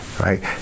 right